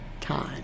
time